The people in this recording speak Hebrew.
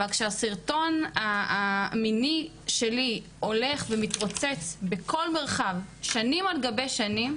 אבל כשהסרטון המיני שלי הולך ומתרוצץ בכל מרחב שנים על גבי שנים